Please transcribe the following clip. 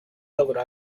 logró